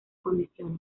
condiciones